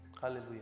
Hallelujah